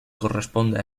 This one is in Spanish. corresponde